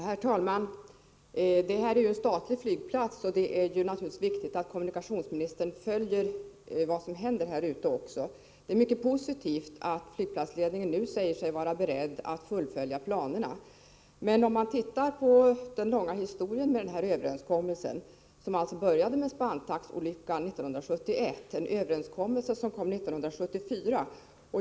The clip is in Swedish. Herr talman! Det är fråga om vår största flygplats, en statlig flygplats, och det är viktigt att kommunikationsministern följer vad som händer där ute. Det är mycket positivt att flygplatsledningen nu säger sig vara beredd att fullfölja planerna, men man måste se på den långa historien när det gäller den här överenskommelsen. Det började med Spantaxolyckan 1971. Överenskommelsen kom till 1974.